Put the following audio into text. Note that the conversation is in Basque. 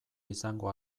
izango